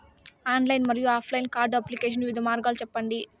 Online మరియు offline card application వివిధ మార్గాలు సెప్పండి?